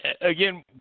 again